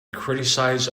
criticize